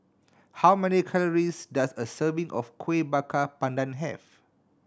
how many calories does a serving of Kueh Bakar Pandan have